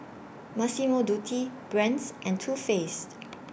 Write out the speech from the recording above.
Massimo Dutti Brand's and Too Faced